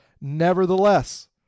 Nevertheless